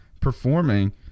performing